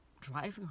driving